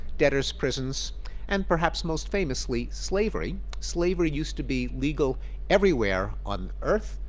debtors prisons and perhaps most famously, slavery. slavery used to be legal everywhere on earth.